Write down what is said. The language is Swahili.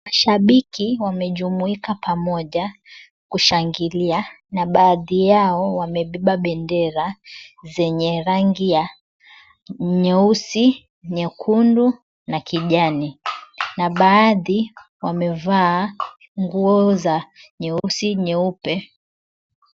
Mashabiki wamejumuika pamoja kushangilia na baadhi yao wamebeba bendera zenye rangi ya; nyeusi, nyekundu na kijani. Na baadhi wamevaa nguo za nyeusi na nyeupe.